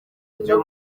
byo